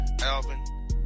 Alvin